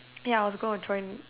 ya I was gonna join